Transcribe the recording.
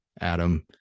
Adam